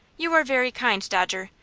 you are very kind, dodger.